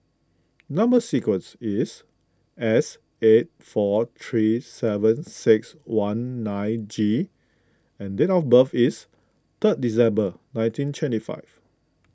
Number Sequence is S eight four three seven six one nine G and date of birth is third December nineteen twenty five